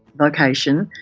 vocation,